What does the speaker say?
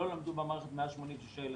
לא למדו במערכת 186 ילדים,